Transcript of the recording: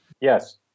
Yes